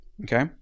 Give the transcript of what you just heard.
okay